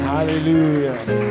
Hallelujah